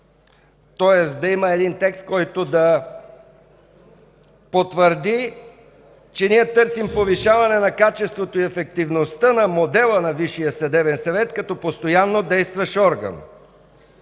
тоест да има текст, който да потвърди, че ние търсим повишаване на качеството и ефективността на модела на Висшия съдебен съвет като постоянно действащ орган.